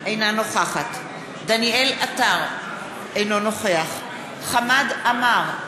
אינה נוכחת דניאל עטר, אינו נוכח חמד עמאר,